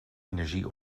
energie